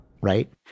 Right